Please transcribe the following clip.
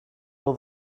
will